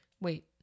Wait